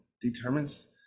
determines